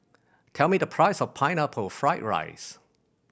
tell me the price of Pineapple Fried rice